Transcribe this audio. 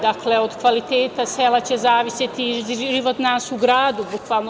Dakle, od kvaliteta sela će zavisiti i život nas u gradu, bukvalno.